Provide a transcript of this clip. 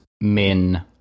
Min